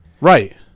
right